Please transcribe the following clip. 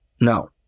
No